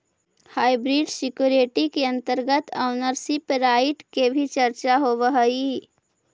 hybrid security के अंतर्गत ownership right के भी चर्चा होवऽ हइ